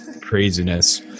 Craziness